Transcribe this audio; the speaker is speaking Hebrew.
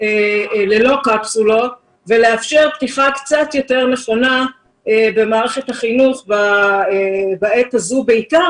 ללא קפסולות ולאפשר פתיחה קצת יותר נכונה במערכת החינוך בעת הזו בעיקר